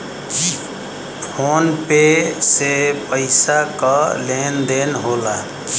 phone पे से पइसा क लेन देन होला